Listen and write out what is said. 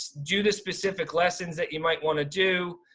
do the specific lessons that you might wanna do,